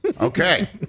Okay